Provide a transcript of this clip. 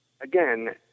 again